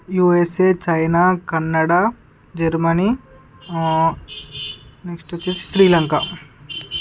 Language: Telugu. USA China Canada Germany next వచ్చేసి శ్రీలంక